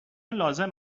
لازم